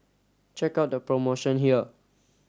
check out the promotion here